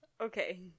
Okay